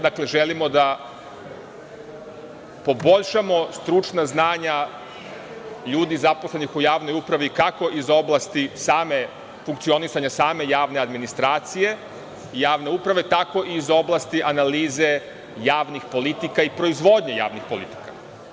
Dakle, želimo da poboljšamo stručna znanja ljudi zaposlenih u javnoj upravi, kako iz oblasti funkcionisanja same javne administracije i javne uprave, tako i iz oblasti analize javnih politika i proizvodnje javnih politika.